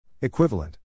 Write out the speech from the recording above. Equivalent